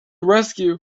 rescue